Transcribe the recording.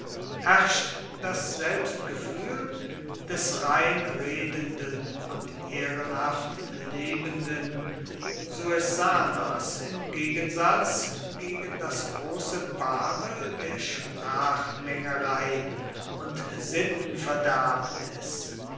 herrscht das selbstgefühl des rein redenden und ehrenhaft lebenden suessaners im gegensatz gegen das große babel der sprachmengerei und sittenverderbnis